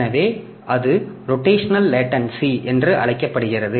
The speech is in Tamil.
எனவே அது ரொட்டேஷனல் லேடன்சி என்று அழைக்கப்படுகிறது